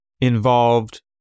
involved